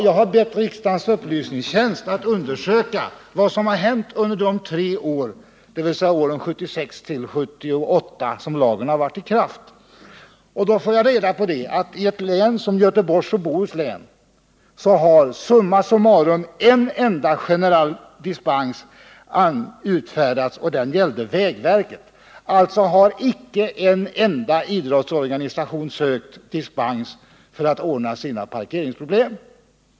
Jag har bett riksdagens upplysningstjänst att undersöka vad som har hänt under de tre år, dvs. åren 1976-1978, som lagen har varit i kraft. Jag har fått reda på att i Göteborgs och Bohus län har en enda generell dispens utfärdats, den gällde vägverket. Alltså har icke en enda idrottsorganisation sökt dispens för att ordna sina parkeringsproblem.